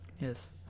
Yes